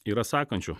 yra sakančių